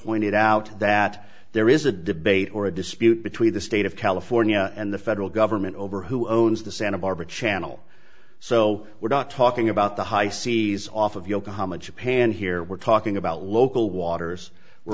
pointed out that there is a debate or a dispute between the state of california and the federal government over who owns the santa barbara channel so we're not talking about the high seas off of yokohama japan here we're talking about local waters we're